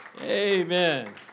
Amen